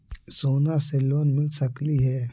सोना से लोन मिल सकली हे?